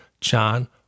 John